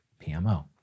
PMO